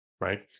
right